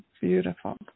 Beautiful